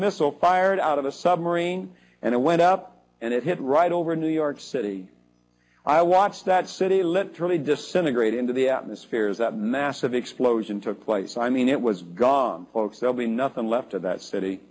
missile fired out of a submarine and it went up and it hit right over new york city i watched that city literally disintegrate into the atmosphere is that massive explosion took place i mean it was gone folks they'll be nothing left of that city